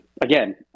Again